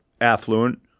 affluent